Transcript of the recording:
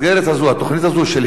התוכנית הזו של היל"ה,